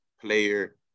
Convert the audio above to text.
player